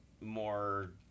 more